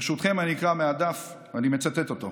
ברשותכם אקרא מהדף, ואני מצטט אותו: